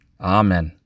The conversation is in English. Amen